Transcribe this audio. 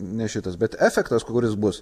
ne šitas bet efektas kuris bus